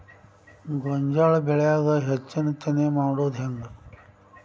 ಗೋಂಜಾಳ ಬೆಳ್ಯಾಗ ಹೆಚ್ಚತೆನೆ ಮಾಡುದ ಹೆಂಗ್?